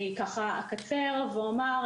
אני אקצר ואומר,